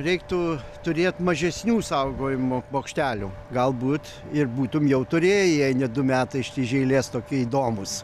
reiktų turėt mažesnių saugojimo bokštelių galbūt ir būtum jau turėję jei ne du metai iš iš eilės tokie įdomūs